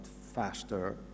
faster